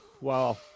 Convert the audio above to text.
Wow